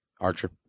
Archer